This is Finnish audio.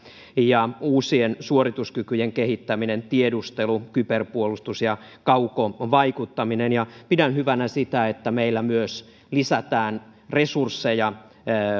ja uusien suorituskykyjen kehittäminen tiedustelu kyberpuolustus ja kaukovaikuttaminen pidän hyvänä sitä että meillä myös lisätään resursseja